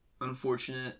unfortunate